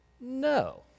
No